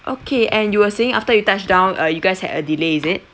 okay and you were saying after you touched down uh you guys had a delay is it